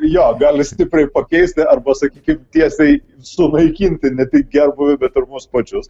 jo gali stipriai pakeisti arba sakykim tiesiai sunaikinti ne tik gerbūvį bet ir mus pačius